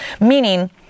Meaning